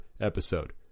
episode